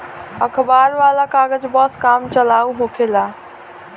अखबार वाला कागज बस काम चलाऊ होखेला